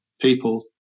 people